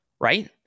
right